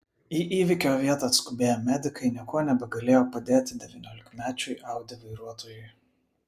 į įvykio vietą atskubėję medikai niekuo nebegalėjo padėti devyniolikmečiui audi vairuotojui